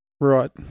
Right